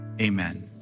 Amen